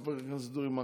חבר הכנסת אורי מקלב.